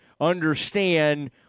understand